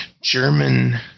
German